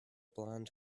blond